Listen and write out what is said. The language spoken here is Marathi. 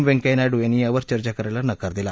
व्यंकय्या नायडू यांनी यावर चर्चा करायला नकार दिला